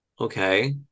okay